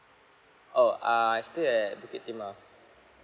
oh ah I stay at bukit timah